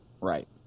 Right